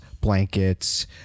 blankets